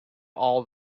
all